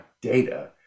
data